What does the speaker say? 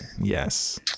yes